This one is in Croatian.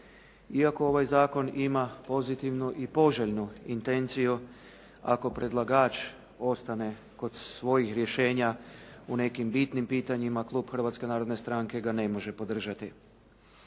Iako ovaj zakon ima pozitivnu i poželjnu intenciju, ako predlagač ostane kod svojih rješenja u nekim bitnim pitanjima, klub Hrvatske narodne stranke ga ne može podržati.